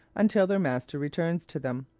until their master returns to them.